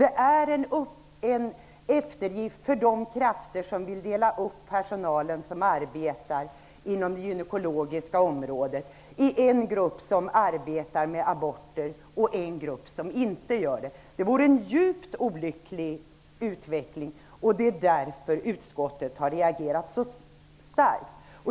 Det är en eftergift åt de krafter som vill dela upp personalen inom gynekologin i en grupp som arbetar med aborter och en annan grupp som inte gör det. Det vore en djupt olycklig utveckling, och det är därför som utskottet har reagerat så starkt.